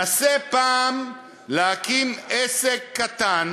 נסה פעם להקים עסק קטן